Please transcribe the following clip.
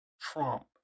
Trump